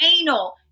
anal